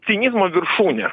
cinizmo viršūnė